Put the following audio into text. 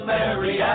Mary